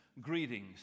Greetings